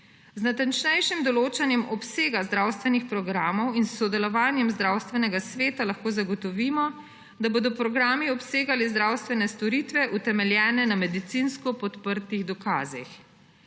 Z natančnejšim določanjem obsega zdravstvenih programov in s sodelovanjem Zdravstvenega sveta lahko zagotovimo, da bodo programi obsegali zdravstvene storitve, utemeljene na medicinsko podprtih dokazih.